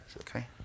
Okay